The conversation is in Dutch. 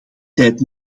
tijd